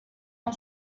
con